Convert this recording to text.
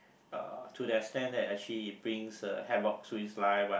uh to the extend that actually it brings uh havoc to his life but